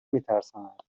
میترساند